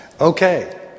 Okay